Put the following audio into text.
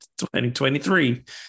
2023